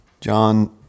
John